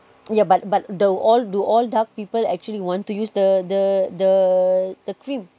yeah but but the all do all dark people actually want to use the the the the cream